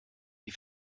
die